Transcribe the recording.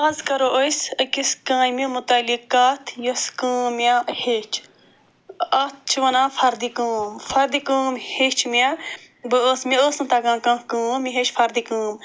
آز کَرو أسۍ أکِس کامہِ مُتعلِق کتھ یوٚس کٲم مےٚ ہیٚچھ اَتھ چھِ وَنان فَردِ کٲم فَردِ کٲم ہیٚچھ مےٚ بہٕ ٲس مےٚ ٲس نہٕ تَگان کانٛہہ کٲم مےٚ ہیٚچھ فَردِ کٲم